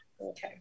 Okay